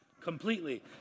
completely